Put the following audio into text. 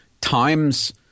time's